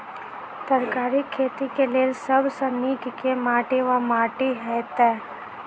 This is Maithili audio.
तरकारीक खेती केँ लेल सब सऽ नीक केँ माटि वा माटि हेतै?